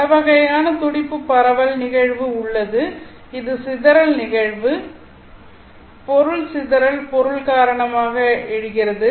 பல வகையான துடிப்பு பரவல் நிகழ்வு உள்ளது இது சிதறல் நிகழ்வு பொருள் சிதறல் பொருள் காரணமாக எழுகிறது